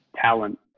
talent